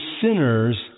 sinners